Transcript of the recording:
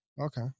Okay